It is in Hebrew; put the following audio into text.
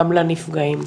גם לנפגעים.